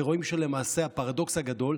ורואים שלמעשה הפרדוקס הגדול,